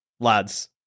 Lads